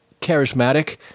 charismatic